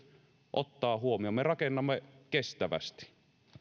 ottaa huomioon me rakennamme kestävästi